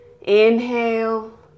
Inhale